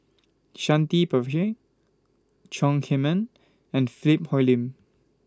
Shanti Pereira Chong Heman and Philip Hoalim